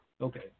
Okay